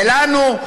ולנו,